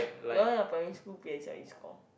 your your primary school p_s_l_e score